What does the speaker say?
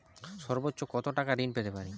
সর্বোচ্চ কত টাকা ঋণ পেতে পারি?